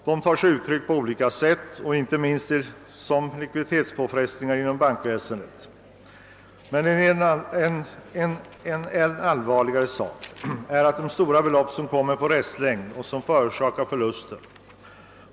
De tar sig uttryck på olika sätt, inte minst som likviditetspåfrestningar inom bankväsendet. Men en än allvarligare sak är de stora belopp som kommer på restlängd och som förorsakar förluster.